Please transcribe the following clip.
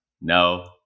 No